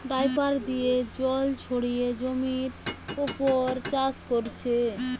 dripper দিয়ে জল ছড়িয়ে জমির উপর চাষ কোরছে